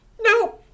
no